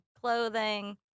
clothing